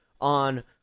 on